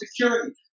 security